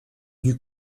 due